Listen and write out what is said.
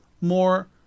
more